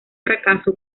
fracaso